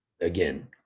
again